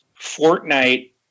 Fortnite